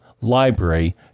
library